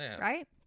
Right